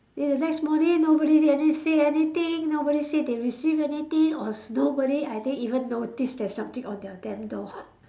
then the next morning nobody really say anything nobody say they receive anything or nobody I think even noticed there's something on their damn door